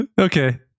Okay